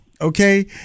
okay